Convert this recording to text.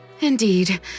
Indeed